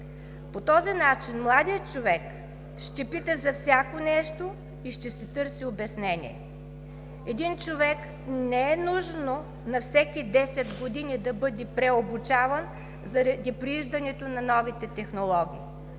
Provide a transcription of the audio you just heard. По този начин младият човек ще пита за всяко нещо и ще си търси обяснение. Един човек не е нужно на всеки 10 години да бъде преобучаван заради прииждането на новите технологии.